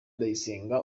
ndayisenga